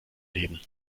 leben